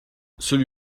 celui